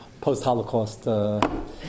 post-Holocaust